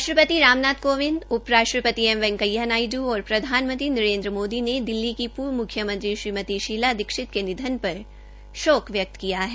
राष्ट्रपति रामनाथ कोविंद उप राष्ट्रपति एम वैंकेया नायडू और प्रधानमंत्री नरेन्द्र मोदी ने दिल्ली की पूर्व मुख्यमंत्री श्रीमती शीला दीक्षित के निधन पर शोक व्यक्त किया है